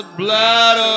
blood